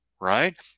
right